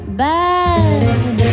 bad